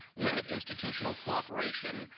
limit institutional cooperation,